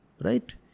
right